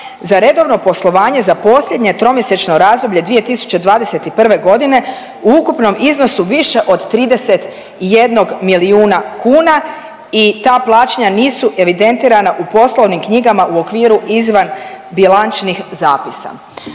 za redovno poslovanje za posljednje tromjesečno razdoblje 2021.g. u ukupnom iznosu više od 31 milijuna kuna i ta plaćanja nisu evidentirana u poslovnim knjigama u okviru izvan bilančnih zapisa.